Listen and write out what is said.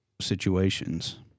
situations